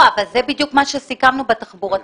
אבל זה בדיוק מה שסיכמנו בתחבורתי,